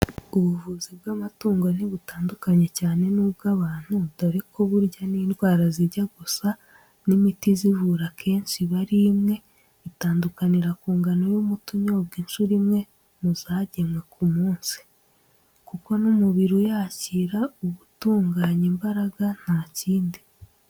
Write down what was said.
Ubuvuzi bw'amatungo ntibutandukanye cyane n'ubw'abantu, dore ko burya n'indwara zijya gusa n'imiti izivura akenshi iba ari imwe, itandukanira ku ngano y'umuti unyobwa inshuro imwe mu zagenwe ku munsi, kuko n'umubiri uyakira uba utanganya imbaraga, nta kindi.